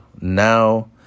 Now